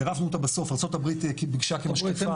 צירפנו אותה בסוף, ארצות הברית ביקשה כמשקיפה.